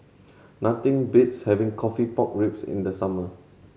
nothing beats having coffee pork ribs in the summer